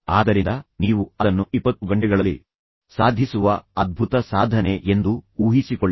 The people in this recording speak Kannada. ಆದ್ದರಿಂದ ನೀವು ಅದನ್ನು 20 ಗಂಟೆಗಳಲ್ಲಿ ಸಾಧಿಸುವ ಅದ್ಭುತ ಸಾಧನೆ ಎಂದು ಊಹಿಸಿಕೊಳ್ಳಿ